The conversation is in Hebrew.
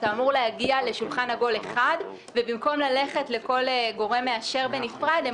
אתה אמור להגיע לשולחן עגול אחד ובמקום להגיע לכל גורם מאשר בנפרד,